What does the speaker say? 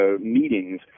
meetings